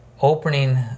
opening